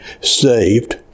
saved